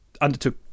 undertook